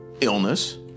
illness